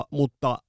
mutta